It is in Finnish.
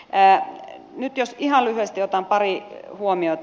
nyt jos ihan lyhyesti otan pari huomiota